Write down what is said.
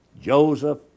Joseph